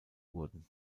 wurden